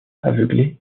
aveuglé